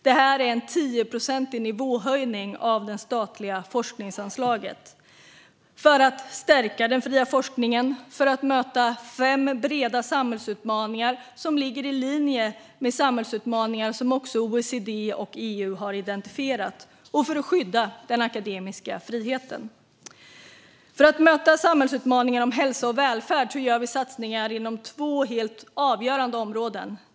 Det här är en 10-procentig nivåhöjning av det statliga forskningsanslaget för att stärka den fria forskningen, för att möta fem breda samhällsutmaningar som ligger i linje med de samhällsutmaningar som också OECD och EU har identifierat och för att skydda den akademiska friheten. För att möta samhällsutmaningar som rör hälsa och välfärd gör vi satsningar inom två helt avgörande områden.